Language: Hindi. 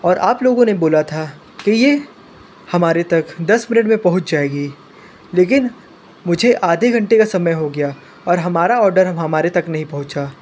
और आप लोगों ने बोला था कि ये हमारे तक दस मिनट में पहुँच जाएगी लेकिन मुझे आधे घंटे का समय हो गया और हमारा ऑर्डर हमारे तक नहीं पहुँचा